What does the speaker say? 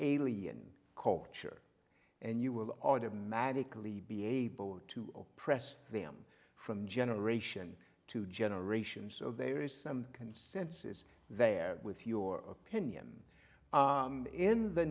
alien culture and you will automatically be able to oppress them from generation to generation so there is some consensus there with your opinion in the